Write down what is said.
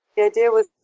the idea was